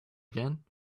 again